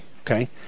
Okay